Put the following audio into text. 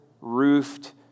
roofed